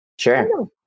Sure